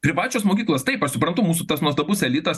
privačios mokyklos taip aš suprantu mūsų tas nuostabus elitas